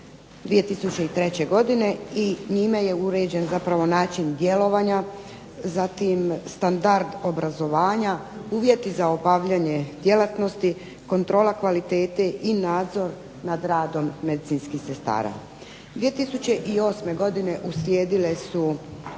2003. godine i njime je uređen zapravo način djelovanja. Zatim standard obrazovanja, uvjeti za obavljanje djelatnosti, kontrola kvalitete i nadzor nad radom medicinskih sestara. 2008. godine uslijedilo je